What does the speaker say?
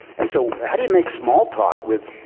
and so how do you make small talk with